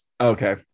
Okay